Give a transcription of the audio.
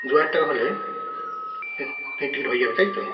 দু হাজার টাকা হলে টিকিট টিকিট টিকিট হয়ে যাবে তাই তো